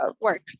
work